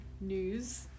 news